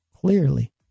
clearly